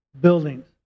buildings